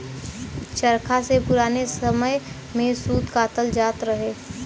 चरखा से पुराने समय में सूत कातल जात रहल